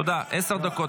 תודה, עשר דקות.